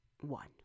one